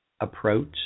approach